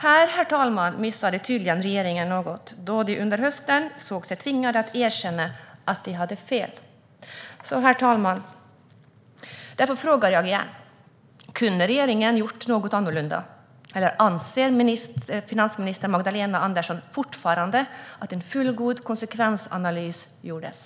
Här, herr talman, missade tydligen regeringen något, då den under hösten såg sig tvingad att erkänna att den hade fel. Därför frågar jag igen, herr talman: Kunde regeringen ha gjort något annorlunda, eller anser finansminister Magdalena Andersson fortfarande att en fullgod konsekvensanalys gjordes?